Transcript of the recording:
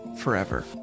forever